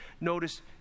Notice